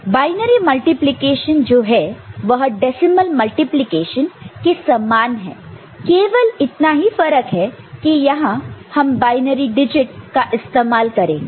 तो binary multiplication जो है वह डेसिमल मल्टीप्लिकेशन के समान है केवल इतना ही फर्क है कि यहां हम बायनरी डिजिट का इस्तेमाल करेंगे